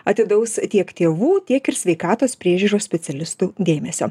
atidaus tiek tėvų tiek ir sveikatos priežiūros specialistų dėmesio